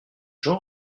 jean